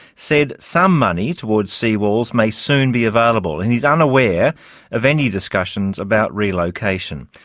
said some money towards seawalls may soon be available and he's unaware of any discussions about relocation.